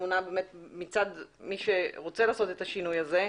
התמונה מצד מי שרוצה לעשות את השינוי הזה.